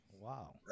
wow